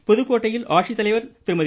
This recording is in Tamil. ராமன் புதுக்கோட்டையில் ஆட்சித்தலைவா் திருமதி